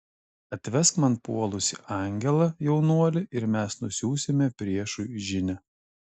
atvesk man puolusį angelą jaunuoli ir mes nusiųsime priešui žinią